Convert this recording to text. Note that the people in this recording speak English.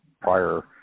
prior